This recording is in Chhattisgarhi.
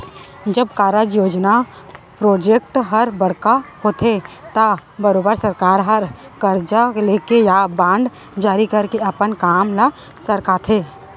जब कारज, योजना प्रोजेक्ट हर बड़का होथे त बरोबर सरकार हर करजा लेके या बांड जारी करके अपन काम ल सरकाथे